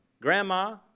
grandma